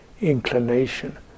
inclination